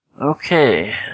Okay